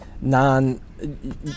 non